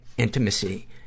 intimacy